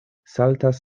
saltas